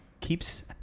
keeps